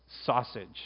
sausage